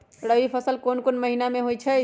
रबी फसल कोंन कोंन महिना में होइ छइ?